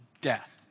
death